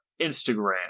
instagram